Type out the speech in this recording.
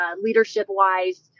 leadership-wise